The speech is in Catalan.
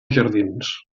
jardins